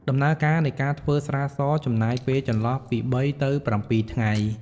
ដំណើរការនៃការធ្វើស្រាសចំណាយពេលចន្លោះពី៣ទៅ៧ថ្ងៃ។